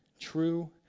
true